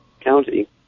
county